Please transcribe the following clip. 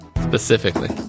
Specifically